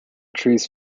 trees